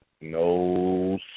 No